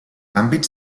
àmbits